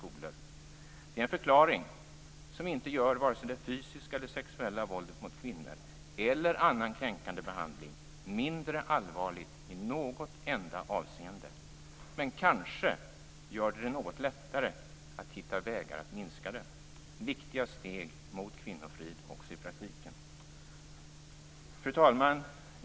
Det är en förklaring som inte gör vare sig det fysiska eller det sexuella våldet mot kvinnor eller annan kränkande behandling mindre allvarligt i något enda avseende, men kanske gör det att det blir något lättare att hitta vägar att minska det. Det är viktiga steg mot kvinnofrid också i praktiken. Fru talman!